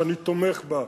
שאני תומך בה,